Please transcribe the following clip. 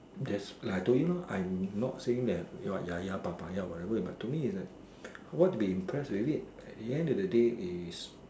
just like I told you lor I'm not saying that you are ya ya Papaya or whatever but to me is that what we impressive with it at the end of the day is